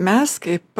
mes kaip